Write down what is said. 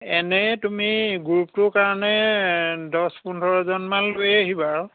এনেই তুমি গ্ৰুপটোৰ কাৰণে দহ পোন্ধৰজন মান লৈ আহিবা